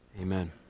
Amen